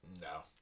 no